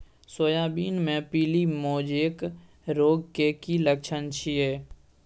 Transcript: Soybean मे पीली mosaic रोग के की लक्षण छीये?